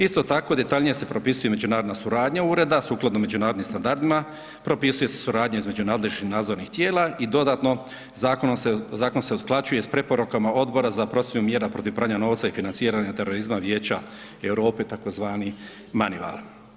Isto tako detaljnije se propisuje međunarodna suradnja Ureda sukladno međunarodnim standardima, propisuje se suradnja između nadležnih nadzornih tijela i dodatno zakon se usklađuje sa preporukama Odbora za procjenu mjera protiv pranja novca i financiranja terorizma Vijeća Europe tzv. „manival“